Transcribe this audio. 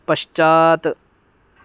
पश्चात्